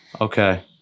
Okay